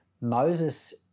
Moses